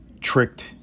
tricked